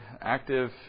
active